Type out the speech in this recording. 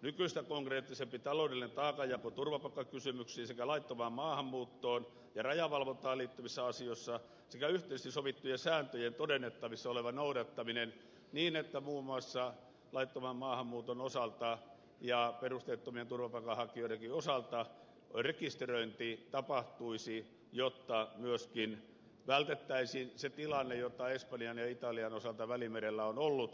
nykyistä konkreettisempi taloudellisen taakanjako turvapaikkakysymyksiin sekä laittomaan maahanmuuttoon ja rajavalvontaan liittyvissä asioissa sekä yhteisesti sovittujen sääntöjen todennettavissa oleva noudattaminen niin että muun muassa laittoman maahanmuuton osalta ja perusteettomien turvapaikanhakijoidenkin osalta rekisteröinti tapahtuisi jotta myöskin vältettäisiin se tilanne joka espanjan ja italian osalta välimerellä on ollut